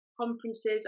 conferences